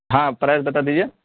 ہاں پرائز بتا دیجیے